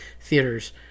theaters